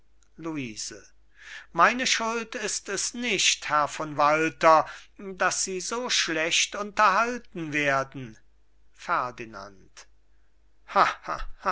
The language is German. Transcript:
luise meine schuld ist es nicht herr von walter daß sie so schlecht unterhalten werden